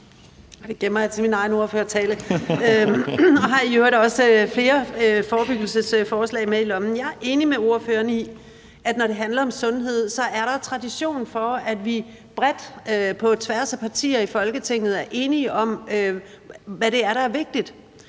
Det gemmer jeg til min egen ordførertale. (Munterhed). Jeg har i øvrigt også flere forebyggelsesforslag med i lommen. Jeg er enig med ordføreren i, at når det handler om sundhed, er der tradition for, at vi bredt på tværs af partier i Folketinget er enige om, hvad det er, der er vigtigt.